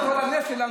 כל הלב שלנו,